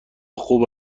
خوب